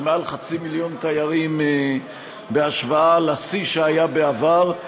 של יותר מחצי מיליון תיירים בהשוואה לשיא שהיה בעבר,